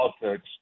politics